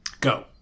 Go